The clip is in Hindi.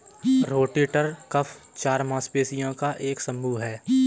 रोटेटर कफ चार मांसपेशियों का एक समूह है